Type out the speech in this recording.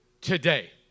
today